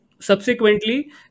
subsequently